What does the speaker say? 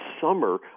summer